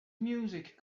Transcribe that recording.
music